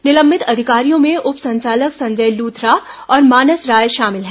निलंबित अधिकारियों में उप संचालक संजय लूथरा और मानस राय शामिल है